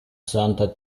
santa